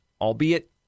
albeit